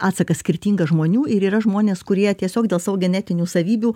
atsakas skirtingas žmonių ir yra žmonės kurie tiesiog dėl savo genetinių savybių